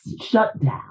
shutdown